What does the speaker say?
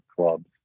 clubs